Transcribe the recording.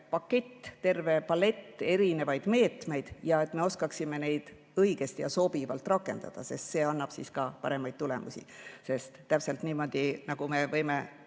pakett, terve palett erinevaid meetmeid ja me oskaksime neid õigesti ja sobivalt rakendada, sest see annab paremaid tulemusi. Täpselt niimoodi, nagu me võime